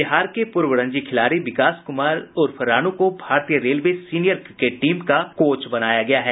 बिहार के पूर्व रणजी खिलाड़ी विकास कुमार उर्फ रानू को भारतीय रेलवे सीनियर क्रिकेट टीम का कोच बनाया गया है